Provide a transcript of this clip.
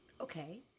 Okay